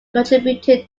contributed